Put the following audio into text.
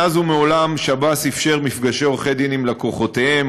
מאז ומעולם שב"ס אפשר מפגשי עורכי-דין עם לקוחותיהם,